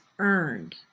earned